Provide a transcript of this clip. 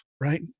right